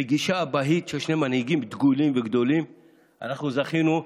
בגישה אבהית של שני מנהיגים דגולים וגדולים אנחנו זכינו,